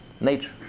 nature